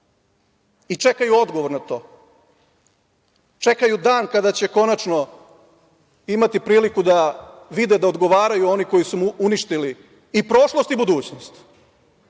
I čekaju odgovor na to! Čekaju dan kada će konačno imati priliku da vide da odgovaraju oni koji su mu uništili i prošlost i budućnost.